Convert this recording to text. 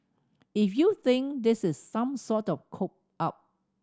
if you think this is some sort of cop out